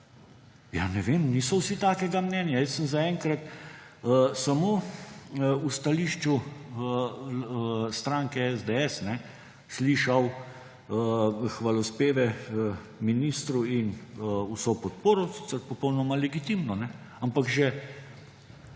Ja, ne vem, niso vsi takega mnenja. Jaz sem zaenkrat samo v stališču stranke SDS slišal hvalospeve ministru in vso podporo, sicer popolnoma legitimno, ampak že